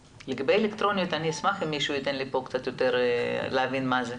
לגבי הסיגריות האלקטרוניות אני אשמח אם מישהו ייתן לי להבין מה זה.